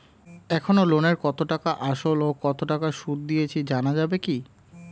এখনো লোনের কত টাকা আসল ও কত টাকা সুদ দিয়েছি জানা যাবে কি?